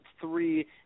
three